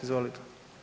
Izvolite.